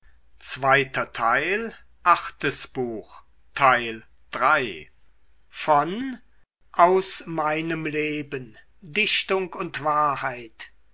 goethe aus meinem leben dichtung und wahrheit